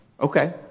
okay